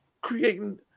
creating